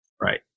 right